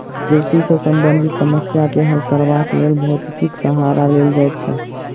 कृषि सॅ संबंधित समस्या के हल करबाक लेल भौतिकीक सहारा लेल जाइत छै